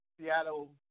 Seattle